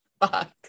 Fuck